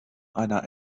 einer